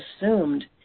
assumed